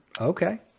Okay